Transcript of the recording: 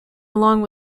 along